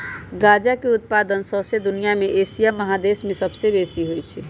गजा के उत्पादन शौसे दुनिया में एशिया महादेश में सबसे बेशी होइ छइ